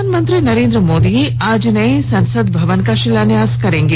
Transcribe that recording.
प्रधानमंत्री नरेन्द्र मोदी आज नए संसद भवन का शिलान्यास करेंगे